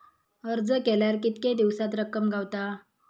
अर्ज केल्यार कीतके दिवसात रक्कम गावता?